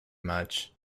much